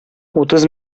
утыз